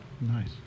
Nice